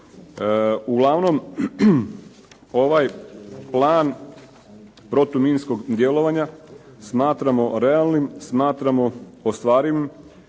Uglavnom ovaj plan protuminskog djelovanja smatramo ostvarivim, smatramo realnim